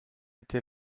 été